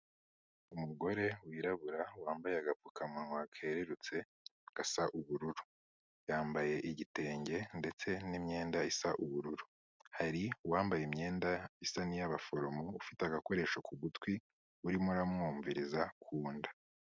Umugore wirabura wambaye agapfukamunwa kererutse gasa ubururu, yambaye igitenge ndetse n'imyenda isa ubururu. Hari uwambaye imyenda isa n'iy'abaforomo ufite agakoresho ku gutwi, urimo uramwumviriza ku inda.